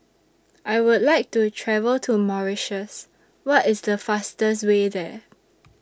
I Would like to travel to Mauritius What IS The fastest Way There